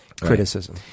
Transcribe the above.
criticism